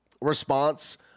response